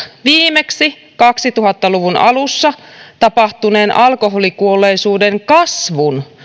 viimeksi kaksituhatta luvun alussa tapahtuneen alkoholikuolleisuuden kasvun